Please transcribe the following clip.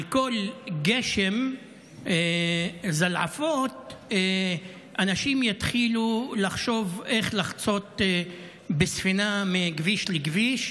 על כל גשם זלעפות אנשים יתחילו לחשוב איך לחצות בספינה מכביש לכביש.